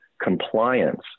compliance